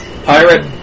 Pirate